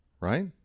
right